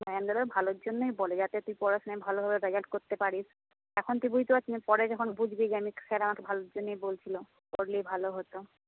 নয়নদা ভালোর জন্যেই বলে যাতে তুই পড়াশোনায় ভালোভাবে করতে পারিস এখন তুই বুঝতে পারছিস না পরে যখন বুঝবি যে আমি স্যার আমাকে ভালোর জন্যেই বলছিলো পড়লেই ভালো হতো